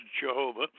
Jehovah